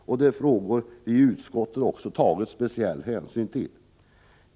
Det här är frågor som vi i utskottet har tagit särskild hänsyn till.